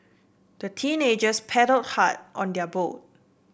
the teenagers paddle hard on their boat